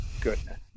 goodness